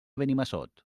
benimassot